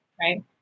Right